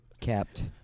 Kept